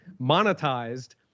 monetized